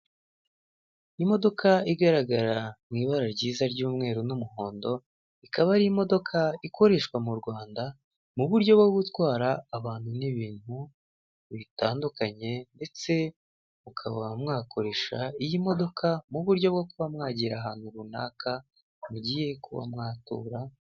Imodoka igaragara mu ibara ryiza ry'umweru n'umuhondo, ikaba ari imodoka ikoreshwa mu Rwanda mu buryo bwo gutwara abantu n'ibintu bitandukanye, ndetse mukaba mwakoresha iyi modoka mu buryo bwo kuba mwagera ahantu runaka mugiye kuba mwatura.